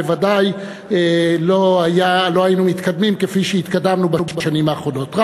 בוודאי לא היינו מתקדמים כפי שהתקדמנו בשנים האחרונות.